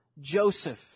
Joseph